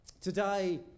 Today